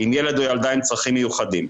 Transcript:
עם ילד או ילדה עם צרכים מיוחדים,